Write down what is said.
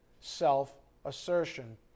Self-assertion